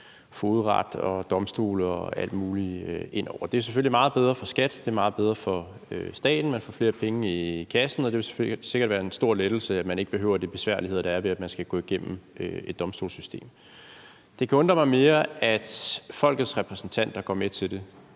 fogedret, domstole og alt muligt andet indover. Det er selvfølgelig meget bedre for skattevæsenet, det er meget bedre for staten, man får flere penge i kassen, og det vil selvfølgelig sikkert være en stor lettelse, at man ikke behøver de besværligheder, der er, ved at man skal gå igennem et domstolssystem. Det kan undre mig mere, at folkets repræsentanter går med til det,